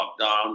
lockdown